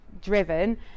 driven